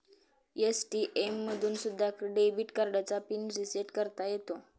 ATM मधून सुद्धा debit कार्डचा पिन रिसेट करता येतो